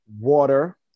water